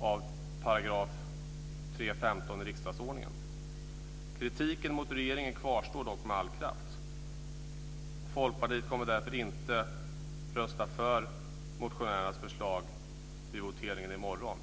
av 3 kap. 15 § riksdagsordningen. Kritiken mot regeringen kvarstår dock med all kraft. Folkpartiet kommer därför inte att rösta för motionärernas förslag vid voteringen i morgon.